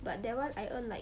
but that [one] I earn like